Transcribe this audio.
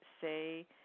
say